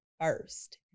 first